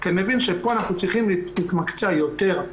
כי אני מבין שפה אנחנו צריכים להתמקצע יותר.